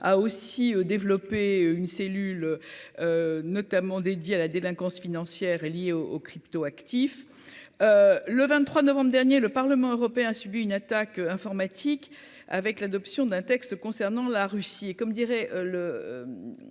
Ah aussi développé une cellule notamment dédié à la délinquance financière est liée au au crypto-. Motif : le 23 novembre dernier, le Parlement européen subit une attaque informatique avec l'adoption d'un texte concernant la Russie,